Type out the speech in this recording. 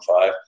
five